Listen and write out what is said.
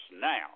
now